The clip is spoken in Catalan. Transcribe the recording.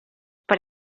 per